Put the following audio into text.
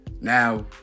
Now